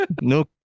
No